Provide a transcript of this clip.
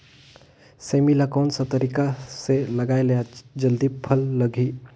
सेमी ला कोन सा तरीका से लगाय ले जल्दी फल लगही?